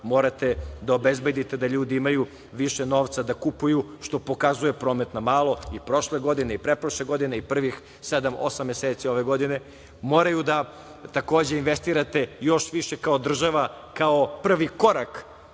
morate da obezbedite da ljudi imaju više novca kupuju, što pokazuje promet na malo i prošle godine i pretprošle godine i prvih sedam, osam meseci ove godine, morate da, takođe, investirate još više kao država, kao prvi korak